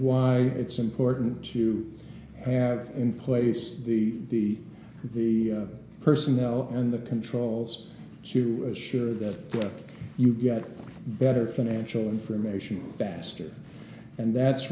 why it's important to have in place the the personnel and the controls to assure that you get better financial information faster and that's